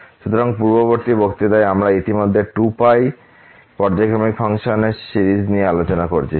সুতরাং পূর্ববর্তী বক্তৃতায় আমরা ইতিমধ্যে 2π পর্যায়ক্রমিক ফাংশন সিরিজ নিয়ে আলোচনা করেছি